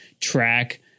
track